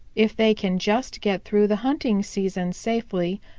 if they can just get through the hunting season safely,